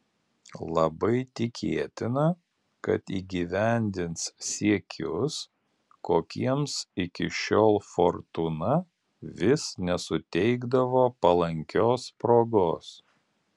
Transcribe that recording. labai tikėtina kad įgyvendins siekius kokiems iki šiol fortūna vis nesuteikdavo palankios progos